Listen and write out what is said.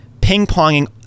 ping-ponging